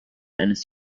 eines